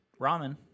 ramen